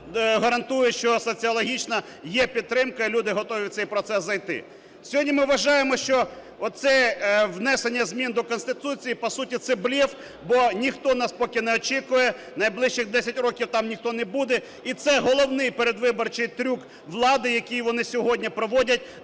гарантує, що соціологічна є підтримка і люди готові в цей процес зайти. Сьогодні ми вважаємо, що оце внесення змін до Конституції – по суті це блеф, бо ніхто нас поки не очікує, найближчих 10 років там ніхто не буде. І це головний передвиборчий трюк влади, який вони сьогодні проводять